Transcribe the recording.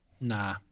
Nah